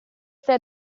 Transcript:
stai